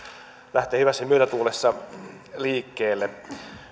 lähtee hyvässä myötätuulessa liikkeelle